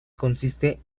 consiste